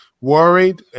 worried